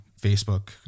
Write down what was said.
Facebook